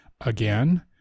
again